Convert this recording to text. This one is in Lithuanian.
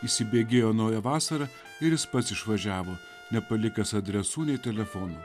įsibėgėjo nauja vasara ir jis pats išvažiavo nepalikęs adresų nei telefonu